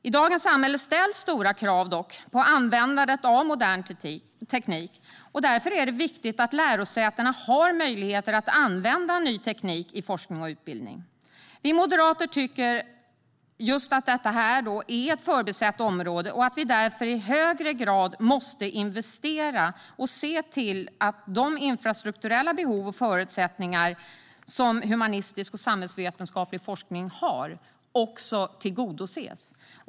I dagens samhälle ställs stora krav på användandet av modern teknik. Därför är det viktigt att lärosätena har möjligheter att använda ny teknik i forskning och utbildning. Vi moderater tycker att detta är ett förbisett område och att vi därför i högre grad måste investera och se till att de infrastrukturella behoven och förutsättningarna för humanistisk och samhällsvetenskaplig forskning tillgodoses.